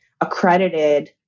Accredited